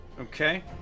Okay